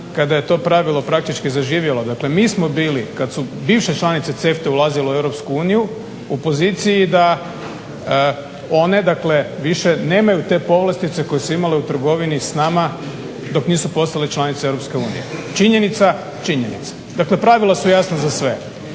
kada je to pravilo praktički zaživjelo. Dakle, mi smo bili kad su bivše članice CEFTA-e ulazile u EU u poziciji da one, dakle više nemaju te povlastice koje su imale u trgovini sa nama dok nisu postale članice EU. Činjenica, činjenica. Dakle, pravila su jasna za sve.